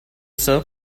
sir